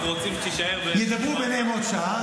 אנחנו רוצים שתישאר --- ידברו ביניהם עוד שעה,